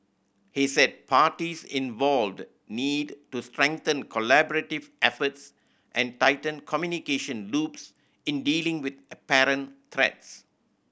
he said parties involved need to strengthen collaborative efforts and tighten communication loops in dealing with apparent threats